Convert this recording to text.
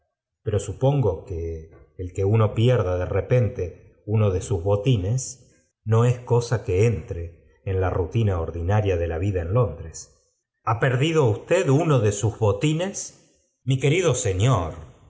pero supongo que el que uno pierda de repente uno de sus botines no es cosa que entre en la rutina ordinaria le la vida en londres t a p erc do usted uno de sus botines r ído señor